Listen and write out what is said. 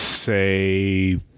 say